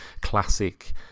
classic